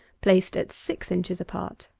placed at six inches apart.